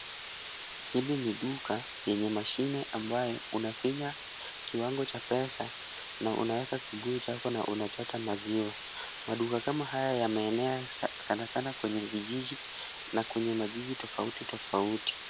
Hili ni duka yenye mashine ambayo unafinya kiwango cha pesa na unaweka kibuyu chako na unachota maziwa. Maduka kama haya yameenea sana sana kwenye vijiji na kwenye majiji tofauti tofauti.